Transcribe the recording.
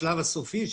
בשלב הסופי,